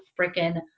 freaking